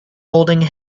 holding